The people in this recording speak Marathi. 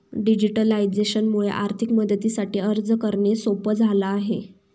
डिजिटलायझेशन मुळे आर्थिक मदतीसाठी अर्ज करणे सोप झाला आहे